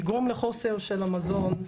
יגרום לחוסר של המזון.